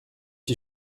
tee